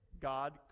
God